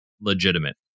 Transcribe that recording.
legitimate